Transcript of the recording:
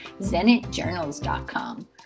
zenitjournals.com